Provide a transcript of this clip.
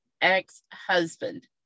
ex-husband